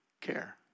care